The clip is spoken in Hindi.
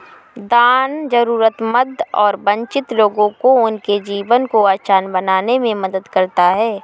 दान जरूरतमंद और वंचित लोगों को उनके जीवन को आसान बनाने में मदद करता हैं